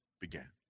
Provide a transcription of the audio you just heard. began